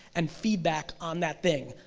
and feedback on that thing.